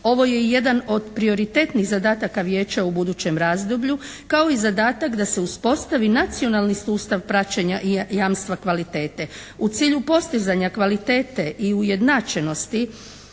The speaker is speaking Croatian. Ovo je i jedan od prioritetnih zadataka vijeća u budućem razdoblju kao i zadatak da se uspostavi nacionalni sustav praćenja jamstva kvalitete. U cilju postizanja kvalitete i ujednačenosti